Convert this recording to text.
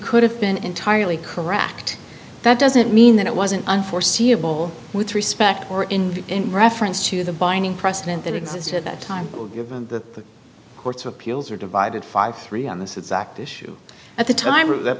could have been entirely correct that doesn't mean that it wasn't unforeseeable with respect or indeed in reference to the binding precedent that existed at that time given the courts of appeals are divided fifty three on this exact issue at the time that